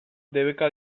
debeka